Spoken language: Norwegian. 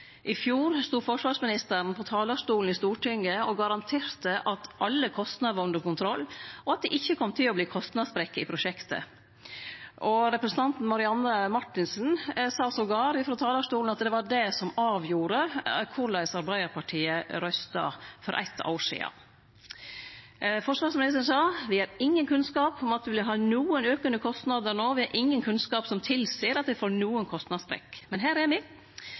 I fjor stod forsvarsministeren på talarstolen i Stortinget og garanterte at alle kostnadar var under kontroll, og at det ikkje kom til å verte kostnadssprekk i prosjektet. Representanten Marianne Marthinsen sa til og med frå talarstolen at det var det som avgjorde korleis Arbeidarpartiet røysta for eitt år sidan. Forsvarsministeren sa: «[v]i har ingen kunnskap om at vi vil ha noen økende kostnader nå, vi har ingen kunnskap som tilsier at vi får noen kostnadssprekk.» Men her er